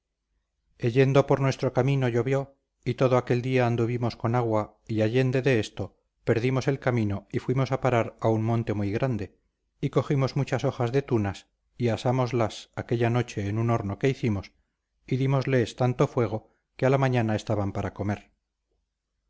yendo por nuestro camino llovió y todo aquel día anduvimos con agua y allende de esto perdimos el camino y fuimos a parar a un monte muy grande y cogimos muchas hojas de tunas y asámoslas aquella noche en un horno que hicimos y dímosles tanto fuego que a la mañana estaban para comer